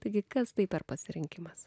taigi kas tai per pasirinkimas